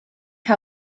how